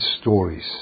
stories